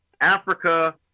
Africa